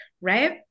right